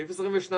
סעיף 22,